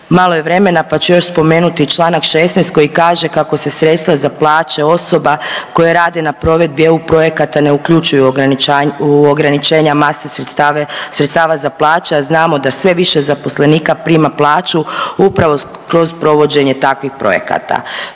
malo je vremena pa ću još spomenuti i Članka 16. koji kaže kako se sredstava za plaće osoba koje rade na provedbi EU projekata ne uključuju u ograničenja mase sredstava za plaće, a znamo da sve više zaposlenika prima plaću upravo kroz provođenje takvih projekata.